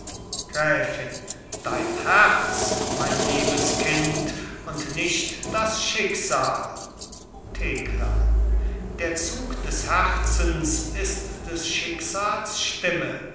gräfin dein herz mein liebes kind und nicht das schicksal thekla der zug des herzens ist des schicksals stimme